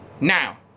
Now